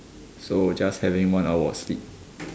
so just having one hour of sleep